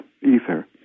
ether